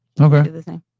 okay